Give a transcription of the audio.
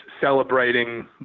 celebrating